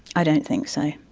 i don't think so.